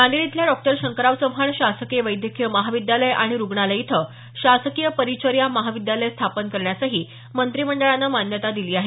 नांदेड इथल्या डॉक्टर शंकरराव चव्हाण शासकीय वैद्यकीय महाविद्यालय आणि रुग्णालय इथं शासकीय परिचर्या महाविद्यालय स्थापन करण्यासही मंत्रीमंडळानं मान्यता दिली आहे